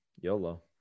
yolo